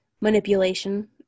manipulation